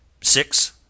six